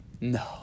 no